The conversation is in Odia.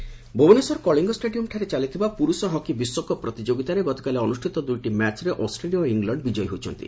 ହକି ବିଶ୍ୱକପ୍ ଭୁବନେଶ୍ୱର କଳିଙ୍ଗ ଷ୍ଟାଡିୟମ୍ରେ ଚାଲିଥିବା ପୁରୁଷ ହକି ବିଶ୍ୱକପ୍ ପ୍ରତିଯୋଗିତାରେ ଗତକାଲି ଅନୁଷିତ ଦୁଇଟି ମ୍ୟାଚ୍ରେ ଅଷ୍ଟ୍ରେଲିଆ ଓ ଇଂଲଣ୍ଡ ବିଜୟୀ ହୋଇଛନ୍ତି